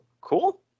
cool